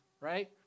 right